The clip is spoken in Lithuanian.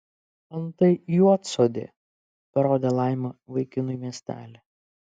antai juodsodė parodė laima vaikinui miestelį